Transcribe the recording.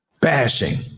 Bashing